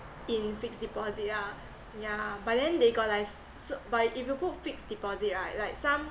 in fixed deposit yeah yeah but then they got like so so but if you put fixed deposit right like some